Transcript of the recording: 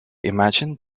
imagine